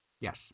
Yes